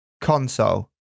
console